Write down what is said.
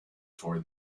for